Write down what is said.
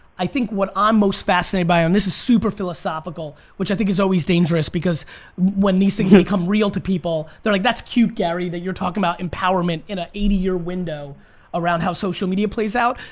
i think what i'm most fascinated by, and this is super philosophical, which i think is always dangerous because when these things become real to people, they're like, that's cute gary, that you're talking about empowerment in an eighty year window around how social media plays out,